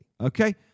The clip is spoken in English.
Okay